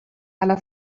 alla